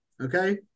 okay